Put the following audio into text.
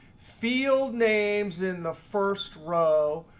field names in the first row,